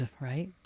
right